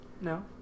No